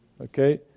Okay